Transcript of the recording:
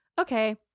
Okay